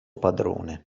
padrone